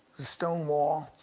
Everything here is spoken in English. stone wall.